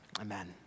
Amen